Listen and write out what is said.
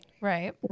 Right